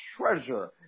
treasure